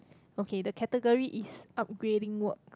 okay the category is upgrading work